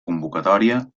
convocatòria